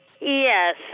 Yes